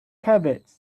cabbage